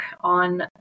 on